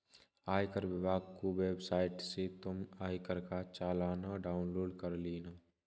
आयकर विभाग की वेबसाइट से तुम आयकर का चालान डाउनलोड कर लेना